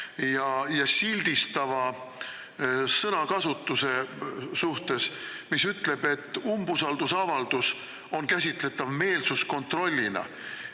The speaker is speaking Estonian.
ja sildistava sõnakasutuse suhtes, mis ütleb, et umbusaldusavaldus on käsitletav meelsuskontrollina.